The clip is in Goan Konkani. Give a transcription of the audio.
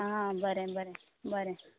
आं बरें बरें बरें